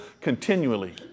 continually